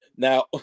Now